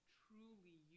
truly